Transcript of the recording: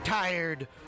tired